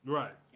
Right